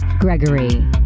Gregory